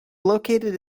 located